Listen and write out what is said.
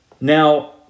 Now